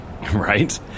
Right